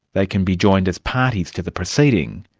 they can be joined as parties to the proceeding,